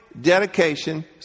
dedication